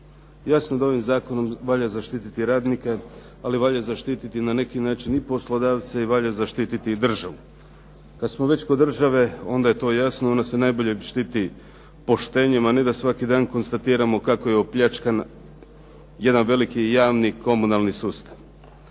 Ja sam da ovim zakonom valja zaštititi radnika, ali valja zaštititi na neki način i poslodavci valja zaštititi i državu. Kad smo već kod države onda je to jasno, ona se najbolje štiti poštenjem, a ne da svaki dan konstatiramo kako je opljačkan jedan veliki javni komunalni sustav.